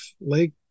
lake